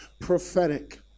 prophetic